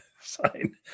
sign